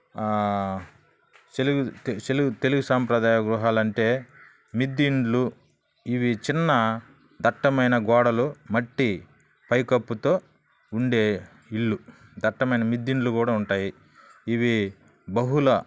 తెలుగు సాంప్రదాయ గృహాలు అంటే మిద్దె ఇళ్ళు ఇవి చిన్న దట్టమైన గోడలు మట్టి పైకప్పుతో ఉండే ఇళ్ళు దట్టమైన మిద్దె ఇళ్ళు కూడా ఉంటాయి ఇవి బహుళ